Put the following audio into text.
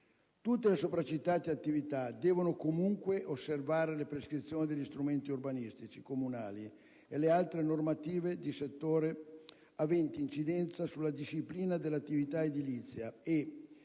Tutte le citate attività devono comunque osservare le prescrizioni degli strumenti urbanistici comunali e le altre normative di settore aventi incidenza sulla disciplina dell'attività edilizia e,